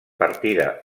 partida